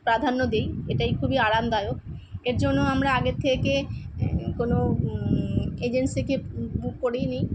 প্রাধান্য দিই এটাই খুবই আরামদায়ক এর জন্য আমরা আগে থেকে কোনও এজেন্সিকে বুক করিয়ে নিই